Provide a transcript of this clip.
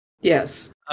Yes